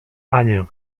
anię